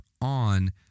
on